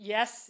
Yes